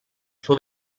suo